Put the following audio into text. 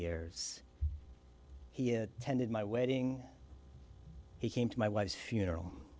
years he attended my wedding he came to my wife's funeral